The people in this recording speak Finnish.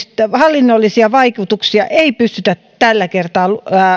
hallinnollisia vaikutuksia ei pystytä tällä kertaa